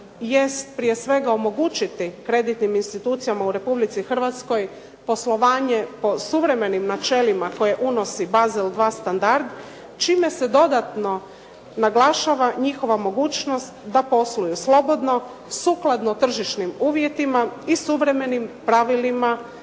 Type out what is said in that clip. jest prije svega omogućiti kreditnim institucijama u Republici Hrvatskoj poslovanje po suvremenim načelima koje unosi bazel 2 standard čime se dodatno naglašava njihova mogućnost da posluju slobodno sukladno tržišnim uvjetima i suvremenim pravilima